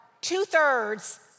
two-thirds